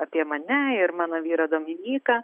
apie mane ir mano vyrą dominyką